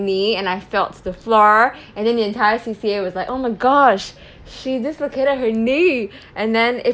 knee and I fell to the floor and then the entire C_C_A was like oh my gosh she dislocated her knee and then it